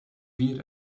vier